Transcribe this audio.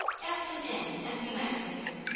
ask him in and be nice to him.